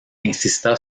insista